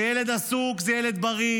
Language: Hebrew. שילד עסוק זה ילד בריא,